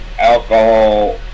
alcohol